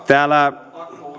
täällä